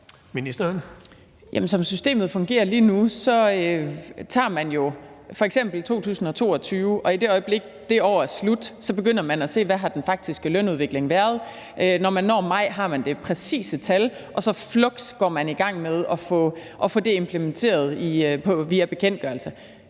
Som systemet fungerer lige nu, tager man jo f.eks. 2022, og i det øjeblik det år er slut, begynder man at se, hvad den faktiske lønudvikling har været. Når man når maj, har man det præcise tal, og så går man fluks i gang med at få det implementeret via bekendtgørelse.